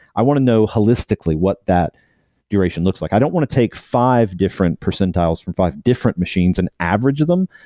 i want to know holistically what that duration looks like i don't want to take five different percentiles from five different machines an average of them,